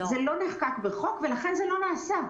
זה לא נחקק בחוק, ולכן זה לא נעשה.